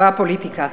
לא הפוליטיקה.